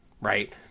Right